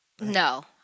No